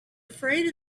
afraid